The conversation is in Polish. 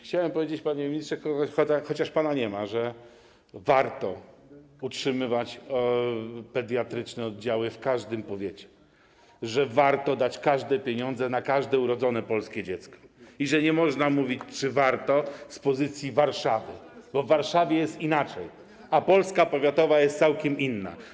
Chciałem powiedzieć, panie ministrze, chociaż pana nie ma, że warto utrzymywać pediatryczne oddziały w każdym powiecie, że warto dać każde pieniądze na każde urodzone polskie dziecko i że nie można mówić, czy warto z pozycji Warszawy, bo w Warszawie jest inaczej, a Polska powiatowa jest całkiem inna.